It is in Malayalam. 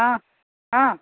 ആ ആ